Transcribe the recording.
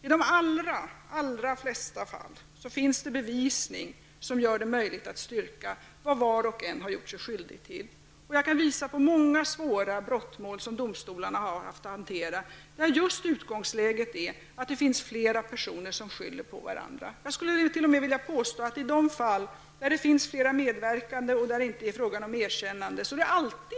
I de allra flesta fall finns det bevisning som gör det möjligt att styrka vad var och en har gjort sig skyldig till. Jag kan visa på många svåra brottmål som domstolarna har haft att hantera där utgångsläget har varit att det finns flera personer som skyller på varandra. Jag skulle t.o.m. vilja påstå att man alltid skyller på varandra i de fall där det finns flera medverkande och där det inte är frågan om erkännande.